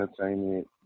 entertainment